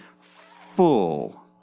full